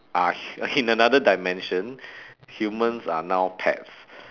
ah in another dimension humans are now pets